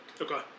Okay